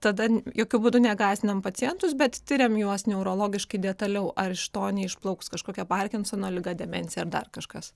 tada jokiu būdu negąsdinam pacientus bet tiriam juos neurologiškai detaliau ar iš to neišplauks kažkokia parkinsono liga demencija ar dar kažkas